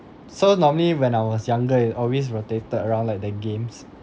so normally when I was younger it always rotated around like the games